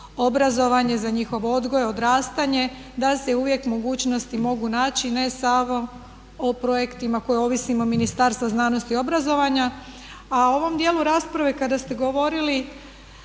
obrazovanje, za njihov odgoj, odrastanje da se uvijek mogućnosti mogu naći ne samo o projektima koje ovisimo Ministarstva znanosti i obrazovanja. A u ovom djelu rasprave kada ste govorili